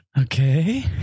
Okay